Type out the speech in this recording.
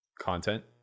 content